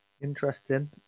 Interesting